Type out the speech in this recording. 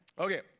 Okay